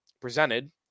presented